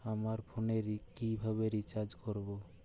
আমার ফোনে কিভাবে রিচার্জ করবো?